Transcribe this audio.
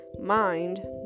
mind